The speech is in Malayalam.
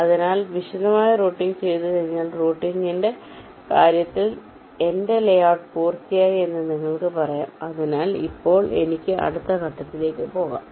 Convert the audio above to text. അതിനാൽ വിശദമായ റൂട്ടിംഗ് ചെയ്തുകഴിഞ്ഞാൽ റൂട്ടിംഗിന്റെ കാര്യത്തിൽ എന്റെ ലേഔട്ട് പൂർത്തിയായി എന്ന് നിങ്ങൾക്ക് പറയാം അതിനാൽ ഇപ്പോൾ എനിക്ക് അടുത്ത ഘട്ടത്തിലേക്ക് പോകാം